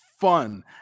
fun